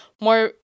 more